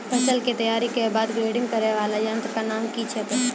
फसल के तैयारी के बाद ग्रेडिंग करै वाला यंत्र के नाम की छेकै?